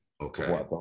Okay